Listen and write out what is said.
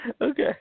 Okay